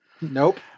Nope